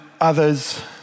Others